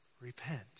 Repent